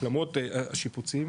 למרות שהשיפוצים,